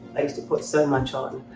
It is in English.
i used to put so much on,